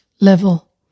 level